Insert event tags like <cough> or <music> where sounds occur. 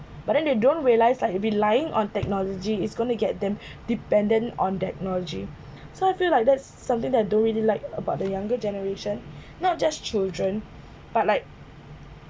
but then they don't realise like relying on technology is going to get them <breath> dependent on technology <breath> so I feel like that's something that I don't really like about the younger generation <breath> not just children but like